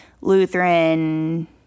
Lutheran